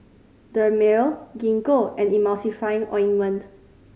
Dermale Gingko and Emulsying Ointment